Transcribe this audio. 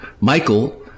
Michael